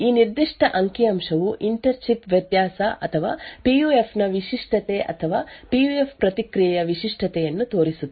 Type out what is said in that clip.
ಈ ನಿರ್ದಿಷ್ಟ ಅಂಕಿ ಅಂಶವು ಇಂಟೆರ್ -ಚಿಪ್ ವ್ಯತ್ಯಾಸ ಅಥವಾ ಪಿಯುಎಫ್ ನ ವಿಶಿಷ್ಟತೆ ಅಥವಾ ಪಿಯುಎಫ್ ಪ್ರತಿಕ್ರಿಯೆಯ ವಿಶಿಷ್ಟತೆಯನ್ನು ತೋರಿಸುತ್ತದೆ